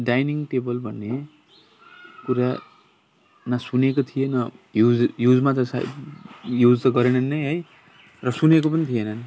dining table भन्ने कुरा न सुनेका थिए न युज युजमा त सायद युज त गरेनन् नै है र सुनेको पनि थिएनन्